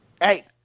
Hey